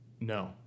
No